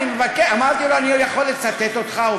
אמרתי לו: אני יכול לצטט אותך?